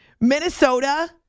Minnesota